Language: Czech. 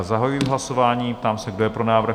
Zahajuji hlasování a ptám se, kdo je pro návrh?